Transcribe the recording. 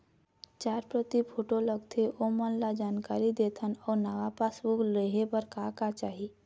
चार प्रति फोटो लगथे ओमन ला जानकारी देथन अऊ नावा पासबुक लेहे बार का का चाही?